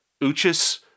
Uchis